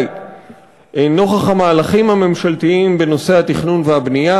נוכח המהלכים הממשלתיים בנושא התכנון והבנייה.